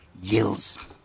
yields